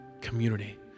community